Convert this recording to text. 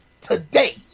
today